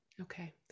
Okay